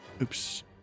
oops